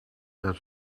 that